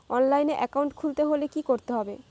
অনলাইনে একাউন্ট খুলতে হলে কি করতে হবে?